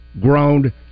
grown